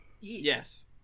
Yes